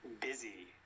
busy